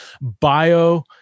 bio